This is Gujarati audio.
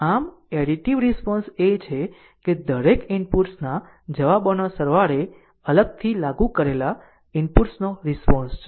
આમ એડીટીવ પ્રોપર્ટી એ છે કે દરેક ઇનપુટ્સના જવાબોના સરવાળે અલગથી લાગુ પડેલા ઇનપુટ્સનો રીશ્પોન્સ છે